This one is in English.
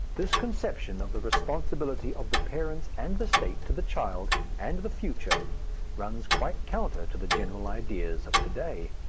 this conception of the responsibility of the parents and the state to the child and the future runs quite counter to the general ideas of to-day.